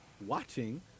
watching